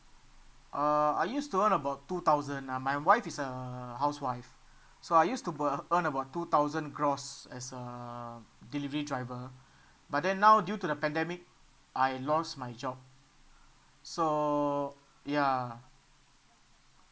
uh I used to earn about two thousand uh my wife is a housewife so I used to earn about two thousand gross as a delivery driver but then now due to the pandemic I lost my job so ya